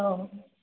औ